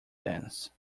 dance